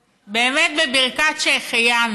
באמת, בברכת שהחיינו